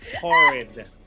Horrid